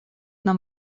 нам